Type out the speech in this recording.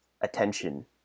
attention